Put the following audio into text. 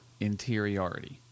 interiority